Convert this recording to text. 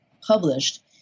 published